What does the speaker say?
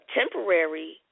temporary